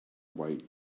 white